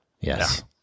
Yes